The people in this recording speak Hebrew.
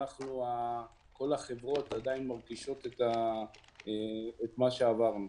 כל החברות עדיין מרגישות את מה שעברנו.